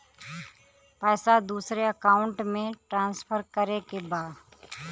पैसा दूसरे अकाउंट में ट्रांसफर करें के बा?